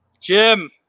Jim